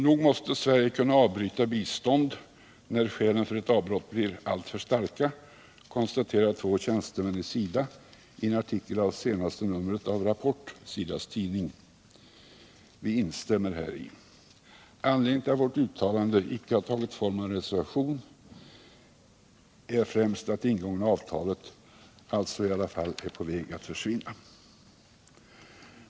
Nog måste Sverige kunna avbryta bistånd när skälen för ett avbrott blir alltför starka, konstaterar två tjänstemän i SIDA i en artikel i senaste numret av SIDA:s tidning Rapport. Vi instämmer häri. Anledningen till att vårt uttalande icke har tagit formen av en reservation är främst att det ingångna avtalet i alla fall är på väg att försvinna.